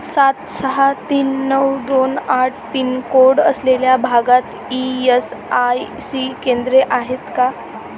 सात सहा तीन नऊ दोन आठ पिनकोड असलेल्या भागात ई यस आय सी केंद्रे आहेत का